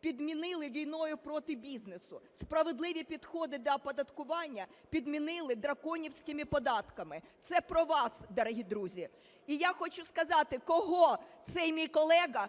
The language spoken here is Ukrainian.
підмінили війною проти бізнесу. Справедливі підходи до оподаткування підмінили драконівськими податками". Це про вас, дорогі друзі. І я хочу сказати, кого цей мій колега